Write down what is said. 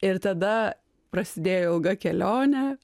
ir tada prasidėjo ilga kelionė